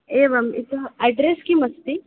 एवम् इतः एड्रेस् किमस्ति